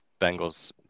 Bengals